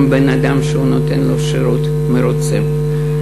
גם הבן-אדם שנותן לו שירות מרוצה.